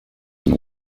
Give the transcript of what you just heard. and